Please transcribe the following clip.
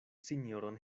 sinjoron